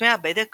סותמי הבדק